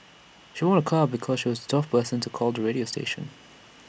she won A car because she was the twelfth person to call the radio station